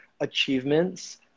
achievements